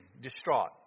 distraught